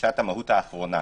פגישת המהו"ת האחרונה.